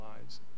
lives